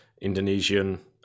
Indonesian